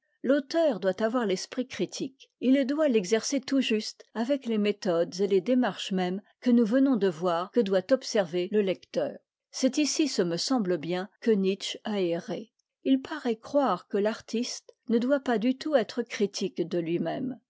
l'auteur doit avoir l'esprit critique et il doit l'exercer tout juste avec les méthodes et les démarches mêmes que nous venons de voir que doit observer le lecteur c'est ici ce me semble bien que nietzsche a erré il paraît croire que l'artiste ne doit pas du tout être critique de lui-même